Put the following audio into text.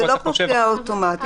הוא לא פוקע אוטומטית.